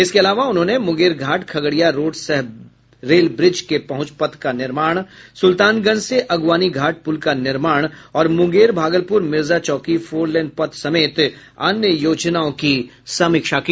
इसके अलावा उन्होंने मुंगेर घाट खगड़िया रोड सह रेल ब्रिज के पहुंच पथ का निर्माण सुल्तानगंज से अगुवानी घाट पुल का निर्माण और मुंगेर भागलपुर मिर्जा चौकी फोरलेन पथ समेत अन्य योजनाओं की समीक्षा की